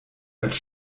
als